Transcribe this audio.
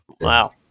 Wow